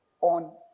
on